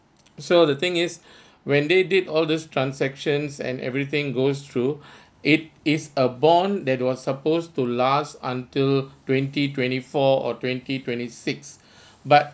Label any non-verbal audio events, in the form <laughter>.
so the thing is <breath> when they did all those transactions and everything goes through <breath> it is a bond that was supposed to last until twenty twenty four or twenty twenty six <breath> but